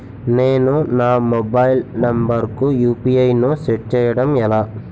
నేను నా mobile number కుయు.పి.ఐ ను సెట్ చేయడం ఎలా?